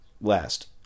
last